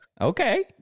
okay